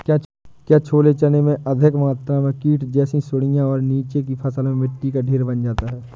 क्या छोले चने में अधिक मात्रा में कीट जैसी सुड़ियां और नीचे की फसल में मिट्टी का ढेर बन जाता है?